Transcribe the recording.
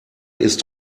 ist